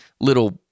little